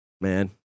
man